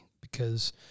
because-